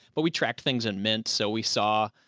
but we tracked things in mint, so we saw.